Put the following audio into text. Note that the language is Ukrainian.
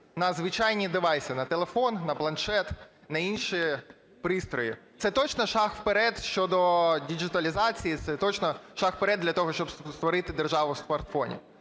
на звичайні девайси: на телефон, на планшет, на інші пристрої. Це точно шаг вперед щодо діджіталізації, це точно шаг вперед для того, щоб створити "державу в смартфоні".